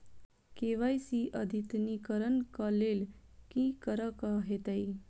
KYC अद्यतनीकरण कऽ लेल की करऽ कऽ हेतइ?